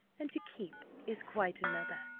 and to keep is quite another